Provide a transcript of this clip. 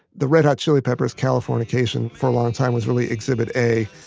the red hot chili peppers' californication for a long time was really exhibit a.